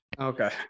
okay